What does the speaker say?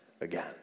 again